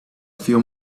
few